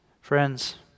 Friends